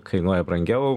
kainuoja brangiau